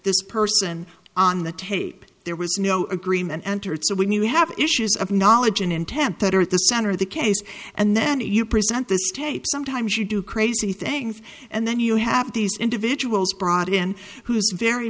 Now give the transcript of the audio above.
this person on the tape there was no agreement entered so when you have issues of knowledge and intent that are at the center of the case and then you present this tape sometimes you do crazy things and then you have these individuals brought in who's very